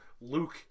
Luke